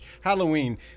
Halloween